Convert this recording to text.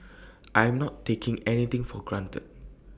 I am not taking anything for granted